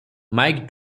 mike